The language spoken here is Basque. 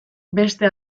beste